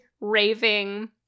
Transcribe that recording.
raving